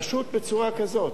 פשוט בצורה כזאת.